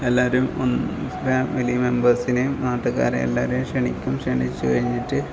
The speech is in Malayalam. എല്ലാരും ഒന്ന് ഫാമിലി മെമ്പേഴ്സിനേം നാട്ടുകാരേം എല്ലാരേം ക്ഷണിക്കും ക്ഷണിച്ച് കഴിഞ്ഞിട്ട്